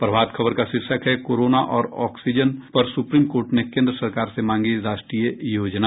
प्रभात खबर का शीर्षक है कोरोना और ऑक्सीजन पर सुप्रीम कोर्ट ने कोन्द्र सरकार से मांगी राष्ट्रीय योजना